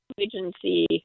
agency